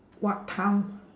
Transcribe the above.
what time